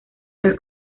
las